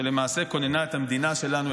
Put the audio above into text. שלמעשה כוננה את המדינה שלנו,